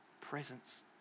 presence